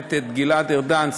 את גלעד ארדן,